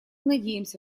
надеемся